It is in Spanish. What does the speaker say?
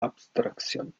abstracción